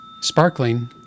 Sparkling